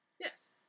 yes